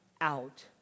out